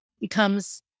becomes